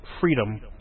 freedom